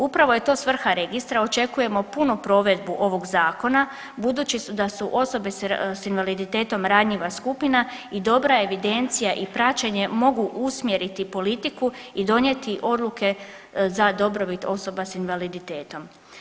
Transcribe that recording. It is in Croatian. Upravo je to svrha Registra, očekujemo punu provedbu ovog Zakona budući da su osobe s invaliditetom ranjiva skupina i dobra evidencija i praćenje mogu usmjeriti politiku i donijeti odluke za dobrobit osoba s invaliditetom.